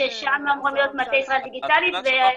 שם אמורים להיות מטה ישראל דיגיטלית ורשות התקשוב.